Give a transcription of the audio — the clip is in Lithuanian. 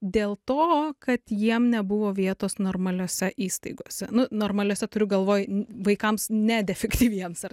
dėl to kad jiem nebuvo vietos normaliose įstaigose nu normaliose turiu galvoj vaikams nedefektyviems ar